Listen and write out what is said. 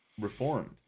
Reformed